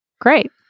Great